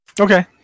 Okay